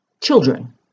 children